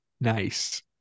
nice